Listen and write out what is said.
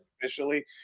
officially